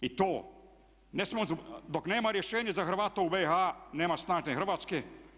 I to … dok nema rješenje za Hrvate u BIH nema snažne Hrvatske.